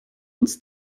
uns